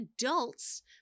adults